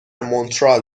مونترال